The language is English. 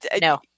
no